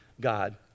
God